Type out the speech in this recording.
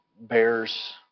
bears